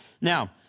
Now